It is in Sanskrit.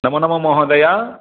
नमो नमः महोदय